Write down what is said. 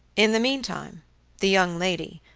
in the meantime the young lady,